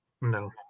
No